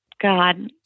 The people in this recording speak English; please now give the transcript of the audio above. God